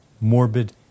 morbid